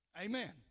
Amen